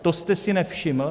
To jste si nevšiml?